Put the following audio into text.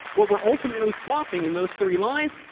what we're ultimately swapping in those three lines,